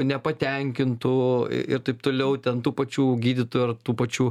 nepatenkintų ir taip toliau ten tų pačių gydytojų ar tų pačių